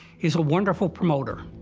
he's a wonderful promoter.